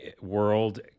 world